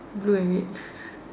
blue and red